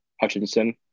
Hutchinson